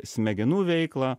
smegenų veiklą